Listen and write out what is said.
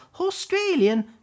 Australian